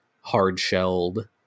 hard-shelled